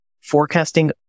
Forecasting